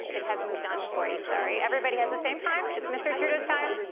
it has moved on to forty, sorry. everybody has the same time. it's mr. trudeau's time.